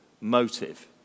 motive